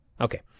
Okay